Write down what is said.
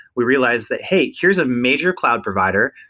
we realized that, hey, here's a major cloud provider,